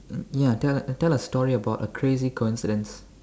ya tell tell a story about a crazy coincidence